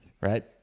Right